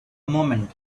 moment